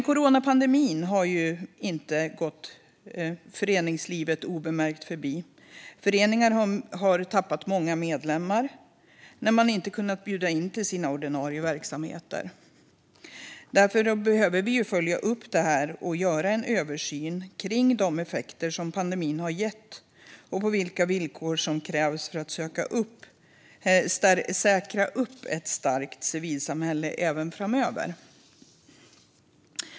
Coronapandemin har inte gått föreningslivet obemärkt förbi. Föreningar har tappat många medlemmar när man inte kunnat bjuda in till sina ordinarie verksamheter. Vi behöver därför följa upp och göra en översyn av de effekter pandemin har gett och vilka åtgärder som krävs för att säkra upp ett starkt civilsamhälle även framöver.